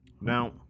Now